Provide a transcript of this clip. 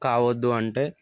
కావద్దు అంటే